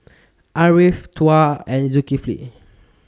Ariff Tuah and Zulkifli